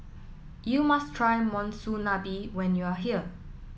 you must try Monsunabe when you are here